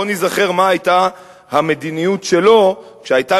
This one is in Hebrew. בוא ניזכר מה היתה המדיניות שלו כשהיתה